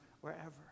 wherever